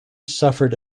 suffered